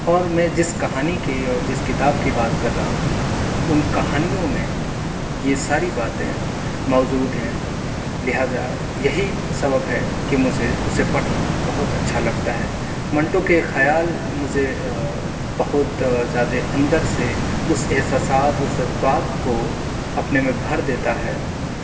اور میں جس کہانی کی اور جس کتاب کی بات کر رہا ہوں ان کہانیوں میں یہ ساری باتیں موجود ہیں لہٰذا یہی سبب ہے کہ مجھے اسے پڑھنا بہت اچھا لگتا ہے منٹو کے خیال مجھے بہت زیادہ اندر سے اس احساسات اس جذبات کو اپنے میں بھر دیتا ہے